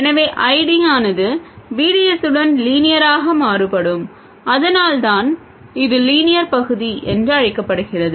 எனவே I D ஆனது V D S உடன் லீனியராக மாறுபடும் அதனால்தான் இது லீனியர் பகுதி என்று அழைக்கப்படுகிறது